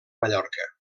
mallorca